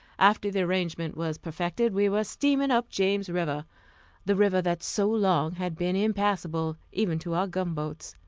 after the arrangement was perfected, we were steaming up james river the river that so long had been impassable, even to our gunboats.